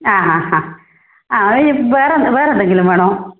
ആ ഹാ ഹാ ആ ഇനി വേറെ വേറെന്തെങ്കില്ലും വേണോ